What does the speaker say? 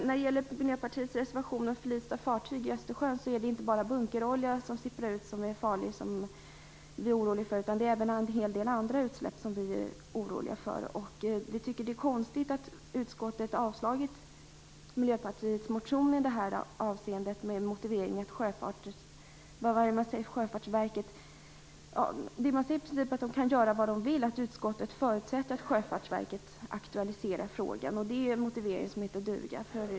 När det gäller Miljöpartiets reservation om förlista fartyg i Östersjön kan jag säga att det inte bara är farlig bunkerolja som sipprar ut som vi är oroliga för. Vi är även oroliga för en hel del andra utsläpp. Vi tycker att det är konstigt att utskottet har avslagit Miljöpartiets motion i detta avseende. Man säger i princip att Sjöfartsverket kan göra vad det vill. Utskottet förutsätter att Sjöfartsverket aktualiserar frågan, och det är en motivering som heter duga.